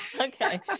Okay